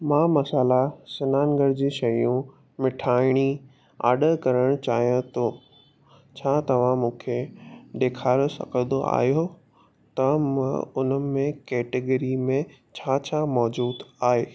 मां मसाल्हा सनानु घर जी शयूं मिठाइणी ऑडर करणु चाहियां थो छा तव्हां मूंखे ॾेखारे सघंदा आहियो त मां उन में कैटेगरी में छा छा मौजूदु आहे